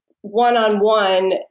one-on-one